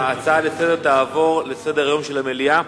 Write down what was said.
ההצעה לסדר-היום תעבור לסדר-היום של המליאה.